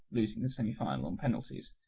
losing the semi-finals on penalties.